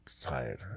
tired